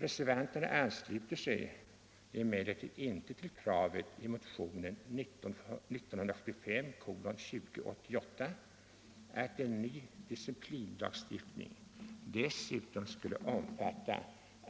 Reservanterna ansluter sig emellertid 28 maj 1975 inte till kravet i motionen 2088 att en ny disciplinlagstiftning bordeom I fatta